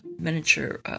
miniature